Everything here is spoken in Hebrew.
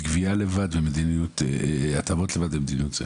גביה לבד ומדיניותו הטבות לבד וכו'.